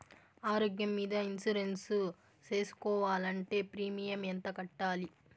ఆరోగ్యం మీద ఇన్సూరెన్సు సేసుకోవాలంటే ప్రీమియం ఎంత కట్టాలి?